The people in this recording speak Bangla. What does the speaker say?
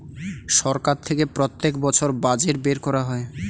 সরকার থেকে প্রত্যেক বছর বাজেট বের করা হয়